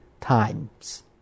times